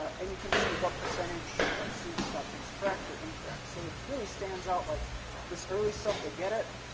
ah and you can see what percentage of students got things correct or incorrect. so it really stands out. like this early stuff, they get it.